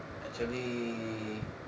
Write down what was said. actually